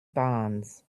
bonds